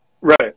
Right